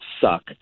suck